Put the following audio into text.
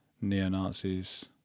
neo-nazis